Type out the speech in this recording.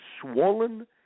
swollen